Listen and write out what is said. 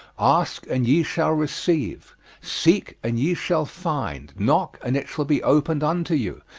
ask and ye shall receive seek and ye shall find knock and it shall be opened unto you,